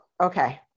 okay